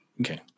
Okay